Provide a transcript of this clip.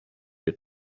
your